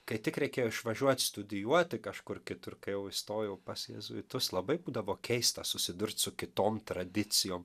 kai tik reikėjo išvažiuot studijuoti kažkur kitur kai jau įstojau pas jėzuitus labai būdavo keista susidurt su kitom tradicijom